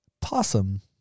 possum